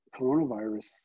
coronavirus